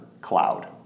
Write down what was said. Cloud